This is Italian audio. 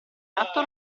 gatto